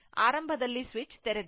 ಆರಂಭದಲ್ಲಿ ಸ್ವಿಚ್ ತೆರೆದಿತ್ತು